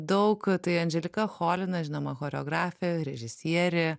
daug tai anželika cholina žinoma choreografė režisierė